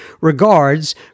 Regards